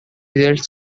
results